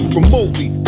Remotely